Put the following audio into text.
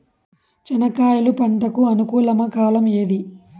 చెనక్కాయలు పంట కు అనుకూలమా కాలం ఏది?